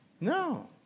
No